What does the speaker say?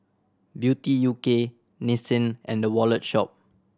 Beauty U K Nissin and The Wallet Shop